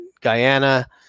Guyana